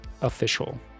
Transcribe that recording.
Official